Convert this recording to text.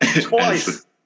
Twice